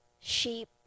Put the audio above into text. sheep